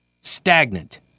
stagnant